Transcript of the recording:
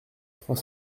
trois